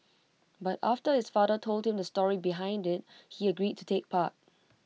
but after his father told him the story behind IT he agreed to take part